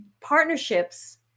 partnerships